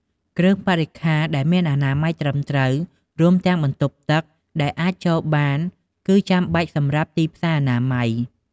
គ្រឿងបរិក្ខារដែលមានអនាម័យត្រឹមត្រូវ រួមទាំងបន្ទប់ទឹកដែលអាចចូលបានគឺចាំបាច់សម្រាប់ទីផ្សារអនាម័យ។